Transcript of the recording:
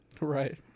Right